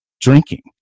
drinking